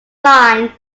line